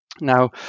Now